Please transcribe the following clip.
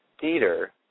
theater